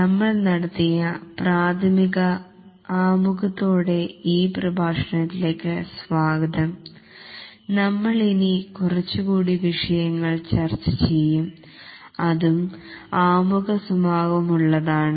നമ്മൾ ഇനി കുറച്ചു കൂടി വിഷയങ്ങൾ ചർച്ച ചെയ്യും അതും ആമുഖ സ്വാഭാവമുള്ളതാണ്